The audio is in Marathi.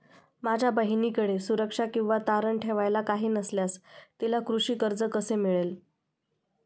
माझ्या बहिणीकडे सुरक्षा किंवा तारण ठेवायला काही नसल्यास तिला कृषी कर्ज कसे मिळेल?